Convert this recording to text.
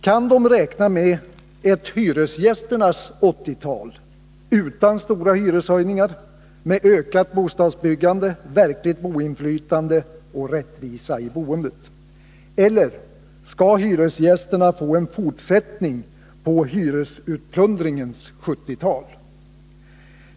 Kan de räkna med ett hyresgästernas 1980-tal — utan stora hyreshöjningar, med ökat bostadsbyggande, verkligt boendeinflytande och rättvisa i boendet? Eller skall hyresgästerna få en fortsättning på hyresutplundringens 1970-tal?